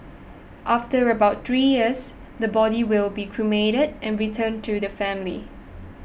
after about three years the body will be cremated and returned to the family